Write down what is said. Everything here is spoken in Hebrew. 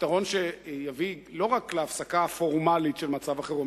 פתרון שיביא לא רק להפסקה הפורמלית של מצב החירום,